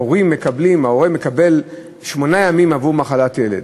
ההורה מקבל שמונה ימים עבור מחלת ילד.